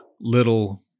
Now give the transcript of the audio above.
little